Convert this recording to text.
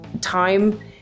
time